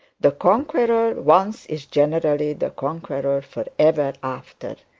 the conqueror once is generally the conqueror for ever after.